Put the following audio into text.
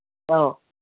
ꯑꯧ